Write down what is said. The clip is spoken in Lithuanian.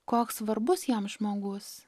koks svarbus jam žmogus